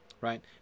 right